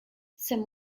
some